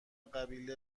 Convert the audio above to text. قبیله